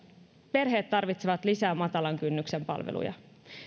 perheet tarvitsevat lisää matalan kynnyksen palveluja